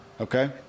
Okay